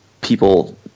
people